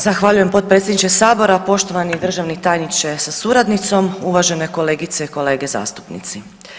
Zahvaljujem potpredsjedniče sabora, poštovani državni tajniče sa suradnicom, uvažene kolegice i kolege zastupnici.